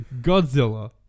Godzilla